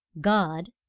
God